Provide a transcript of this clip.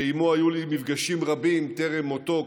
שעימו היו לי מפגשים רבים טרם מותו,